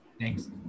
thanks